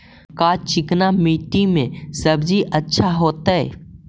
का चिकना मट्टी में सब्जी अच्छा होतै?